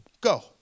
go